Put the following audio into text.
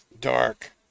dark